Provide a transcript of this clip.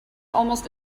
almost